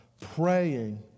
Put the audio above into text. praying